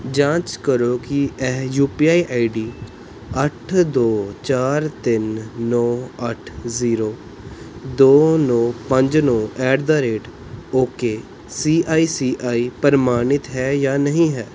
ਜਾਂਚ ਕਰੋ ਕਿ ਇਹ U P I I D ਅੱਠ ਦੋ ਚਾਰ ਤਿੰਨ ਨੌਂ ਅੱਠ ਜ਼ੀਰੋ ਦੋ ਨੌਂ ਪੰਜ ਨੌਂ at the rate ok C I C I ਪ੍ਰਮਾਣਿਤ ਹੈ ਜਾਂ ਨਹੀਂ ਹੈ